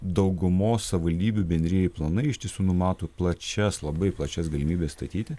daugumos savivaldybių bendrieji planai iš tiesų numato plačias labai plačias galimybes statyti